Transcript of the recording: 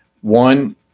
One